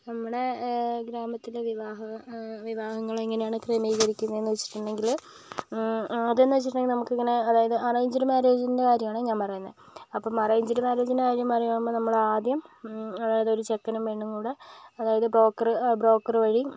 നമ്മുടെ ഗ്രാമത്തിലെ വിവാഹം വിവാഹങ്ങൾ എങ്ങനെയാണ് ക്രമീകരിക്കുന്നത് വെച്ചിട്ടുണ്ടങ്കില് അത് എന്ന് വെച്ചിട്ടുണ്ടങ്കിൽ നമുക്ക് ഇങ്ങനെ അതായത് അറേഞ്ച്ഡ് മേരേജിൻ്റെ കാര്യം ആണ് ഞാൻ പറയുന്നത് അപ്പം അറേഞ്ച്ഡ് മേരേജിൻ്റെ കാര്യം പറയുകയാണെങ്കില് നമ്മള് ആദ്യം ഒരു ചെക്കനും പെണ്ണും കൂടി അതായത് ബ്രോക്കറ് ബ്രോക്കറ് വഴി